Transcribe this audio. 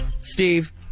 Steve